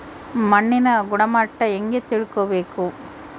ಮಣ್ಣಿನ ಗುಣಮಟ್ಟ ಹೆಂಗೆ ತಿಳ್ಕೊಬೇಕು?